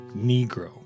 Negro